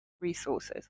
resources